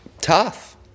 tough